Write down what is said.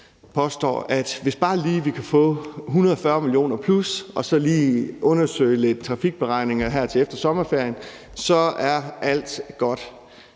påstår, at hvis bare vi lige kan få 140 mio. kr. plus og så foretage lidt trafikberegninger her til efter sommerferien, så er alt godt.